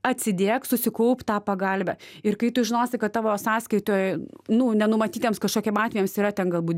atsidėk susikaupk tą pagalvę ir kai tu žinosi kad tavo sąskaitoj nu nenumatytiems kažkokiem atvejams yra ten galbūt